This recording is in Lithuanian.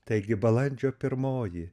taigi balandžio pirmoji